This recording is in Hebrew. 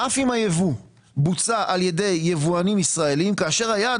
אף אם הייבוא בוצע בידי יבואנים ישראליים כאשר היעד